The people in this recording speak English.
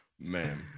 man